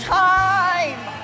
time